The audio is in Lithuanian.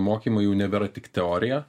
mokymai jau nebėra tik teorija